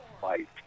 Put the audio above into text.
fight